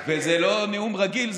וזה לא נאום רגיל,